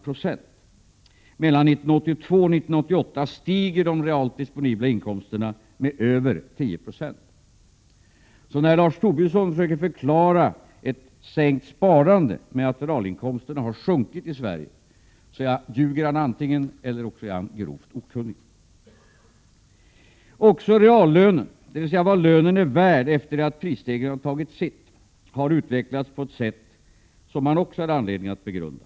Mellan 1982 och 1988 stiger de realt disponibla inkomsterna med över 10 96. Så när Lars Tobisson försöker förklara en sänkning av sparandet med att realinkomsterna har sjunkit i Sverige ljuger han, eller också är han grovt okunnig. o Också reallönen — dvs. vad lönen är värd efter det att prisstegringarna tagit sitt — har utvecklats på ett sätt som man har anledning att begrunda.